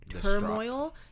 turmoil